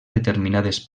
determinades